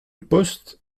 poste